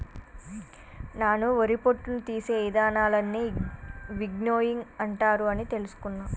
నాను వరి పొట్టును తీసే ఇదానాలన్నీ విన్నోయింగ్ అంటారు అని తెలుసుకున్న